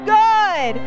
good